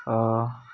आअ